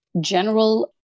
general